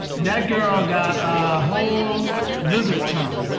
that girl got a whole lizard tongue.